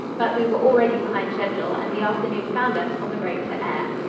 but we were already behind schedule and the afternoon found us on the road to ayr.